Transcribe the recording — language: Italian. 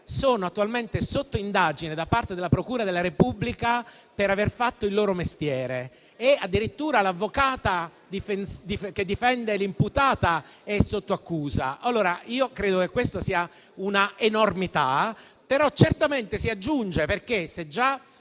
sono attualmente sotto indagine da parte della procura della Repubblica per aver fatto il loro mestiere e addirittura l'avvocata che difende l'imputata è sotto accusa. Credo che questa sia una enormità, ma certamente se già le persone